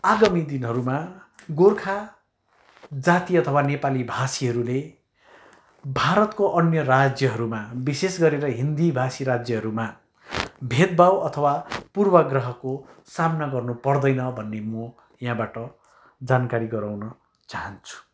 आगामी दिनहरूमा गोर्खा जाति अथावा नेपाली भाषीहरूले भारतको अन्य राज्यहरूमा विशेष गरेर हिन्दी भाषी राज्यहरूमा भेदभाव अथवा पुर्वाग्रहको सामना गर्नु पर्दैन भन्ने म यहाँबाट जानकारी गराउन चाहन्छु